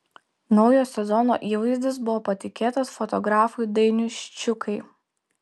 naujo sezono įvaizdis buvo patikėtas fotografui dainiui ščiukai